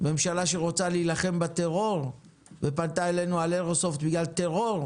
ממשלה שרוצה להילחם בטרור ופנתה אלינו על איירסופט בגלל טרור,